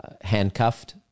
handcuffed